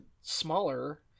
Smaller